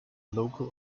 local